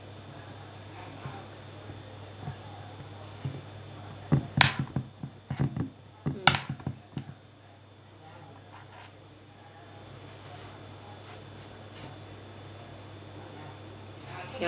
mm ya